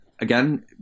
Again